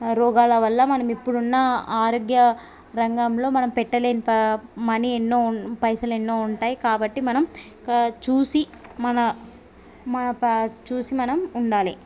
రోగాల వల్ల మనం ఇప్పుడున్న ఆరోగ్య రంగంలో మనం పెట్టలేని ప మనీ ఎన్నో పైసలు ఎన్నో ఉంటాయి కాబట్టి మనం క చూసి మన మన ప చూసి మనం ఉండాలి